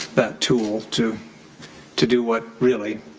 that tool to to do what really,